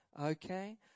okay